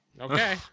Okay